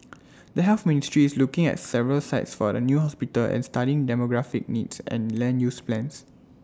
the health ministry is looking at several sites for the new hospital and studying demographic needs and land use plans